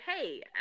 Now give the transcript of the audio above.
hey